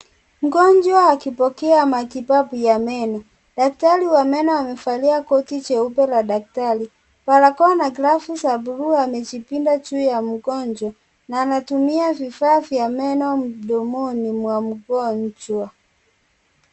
Mgonjwa akipokea matibabu ya meno. Daktari wa meno amevalia koti jeupe la daktari, barakoa na glovu za buluu. Amejipinda juu ya mgonjwa na anatumia vifaa vya meno mdomoni mwa mgonjwa.